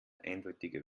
eindeutiger